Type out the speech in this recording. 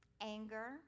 anger